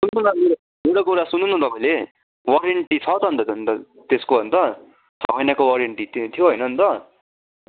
सुन्नु न मेरो मेरो कुरा सुन्नु न तपाईँले वारन्टी छ त अन्त त्यसको अन्त छ महिनाको वारन्टी थियो होइन अन्त